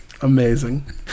Amazing